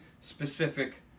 specific